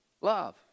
love